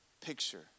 picture